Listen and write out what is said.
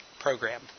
program